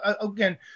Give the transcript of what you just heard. again